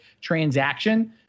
transaction